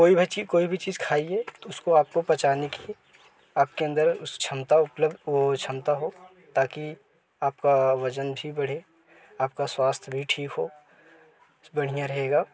कोई भी कोई भी चीज खाईये उसको आपको पचाने की आप के अंदर उस क्षमता उपलब्ध वो क्षमता हो ताकि आपका वजन भी बड़े आपका स्वास्थ्य भी ठीक हो बढ़िया रहेगा